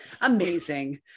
Amazing